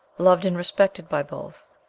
loved and respected by both.